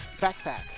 backpack